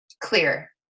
clear